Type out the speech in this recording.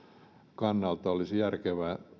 kannalta olisi järkevää